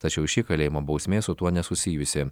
tačiau ši kalėjimo bausmė su tuo nesusijusi